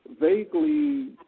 vaguely